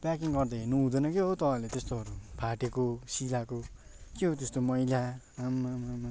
packing गर्दा हेर्नु हुँदैन क्या हो तपाईँहरूले त्यस्तोहरू फाटेको सिलाएको के हो त्यस्तो मैला आम्मामामा